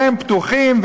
והם פתוחים,